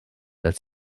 als